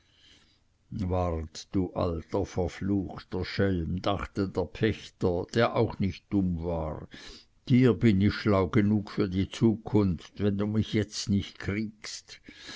du alter verfluchter schelm dachte der pächter der auch nicht dumm war dir bin ich schlau genug für die zukunft wenn du mich jetzt nicht kriegst